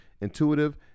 intuitive